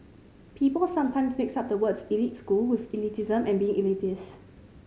people sometimes mix up the words' elite school with elitism and being elitist